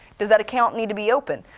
does that account need to be open?